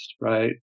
right